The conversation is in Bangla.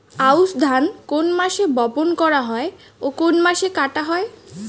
আউস ধান কোন মাসে বপন করা হয় ও কোন মাসে কাটা হয়?